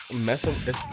Messing